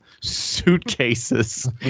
suitcases